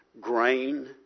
grain